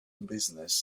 business